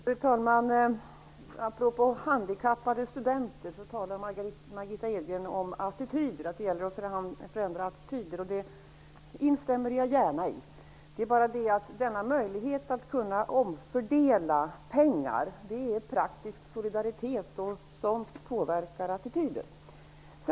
Fru talman! Apropå handikappade studenter talade Margitta Edgren om attityder, och att det gäller att förändra attityder. Det instämmer jag gärna i. Men möjligheten att kunna omfördela pengar innebär praktisk solidaritet, och det påverkar attityder.